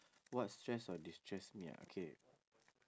what stress or destress me ah okay